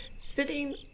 sitting